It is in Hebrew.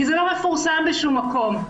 כי זה לא מפורסם בשום מקום.